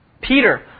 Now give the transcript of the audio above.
Peter